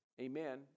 amen